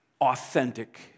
authentic